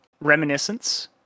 Reminiscence